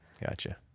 Gotcha